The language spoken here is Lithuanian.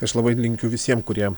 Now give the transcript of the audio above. aš labai linkiu visiem kurie